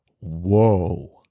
whoa